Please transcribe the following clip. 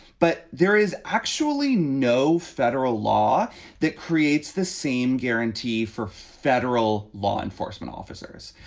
but there is actually no federal law that creates the same guarantee for federal law enforcement officers.